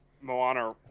Moana